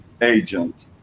agent